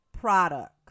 product